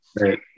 Right